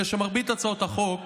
אלא שמרבית הצעות החוק